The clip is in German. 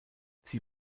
sie